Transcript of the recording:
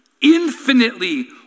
Infinitely